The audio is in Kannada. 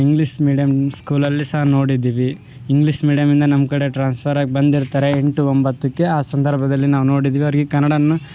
ಇಂಗ್ಲೀಸ್ ಮೀಡಿಯಮ್ ಸ್ಕೂಲಲ್ಲಿ ಸಹ ನೋಡಿದ್ದೀವಿ ಇಂಗ್ಲೀಸ್ ಮೀಡಿಯಮ್ ಇಂದ ನಮ್ಮ ಕಡೆ ಟ್ರಾನ್ಸ್ಫರ್ ಆಗಿ ಬಂದಿರ್ತಾರೆ ಎಂಟು ಒಂಬತ್ತಕ್ಕೆ ಆ ಸಂದರ್ಭದಲ್ಲಿ ನಾವು ನೋಡಿದ್ದೀವಿ ಅವರಿಗೆ ಕನ್ನಡನ್ನ